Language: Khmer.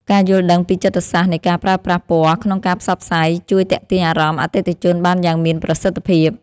ការយល់ដឹងពីចិត្តសាស្ត្រនៃការប្រើប្រាស់ពណ៌ក្នុងការផ្សព្វផ្សាយជួយទាក់ទាញអារម្មណ៍អតិថិជនបានយ៉ាងមានប្រសិទ្ធភាព។